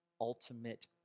ultimate